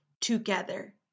together